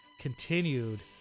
continued